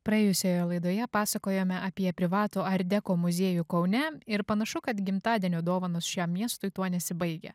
praėjusioje laidoje pasakojome apie privatų art deko muziejų kaune ir panašu kad gimtadienio dovanos šiam miestui tuo nesibaigia